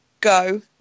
go